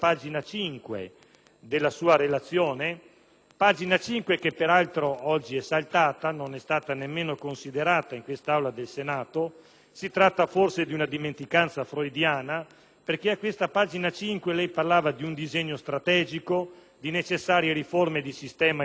pagina che peraltro oggi è saltata, non è stata nemmeno considerata in quest'Aula del Senato. Si tratta forse di una dimenticanza freudiana perché, in questa pagina lei parlava di un «disegno strategico», di necessarie riforme di sistema e ordinamentali,